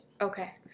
okay